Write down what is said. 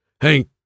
Hank